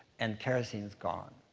and kerosene's gone.